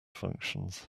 functions